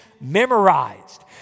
memorized